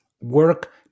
Work